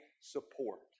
support